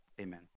Amen